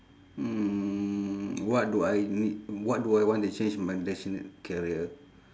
mm what do I need what do I want to change my destiny career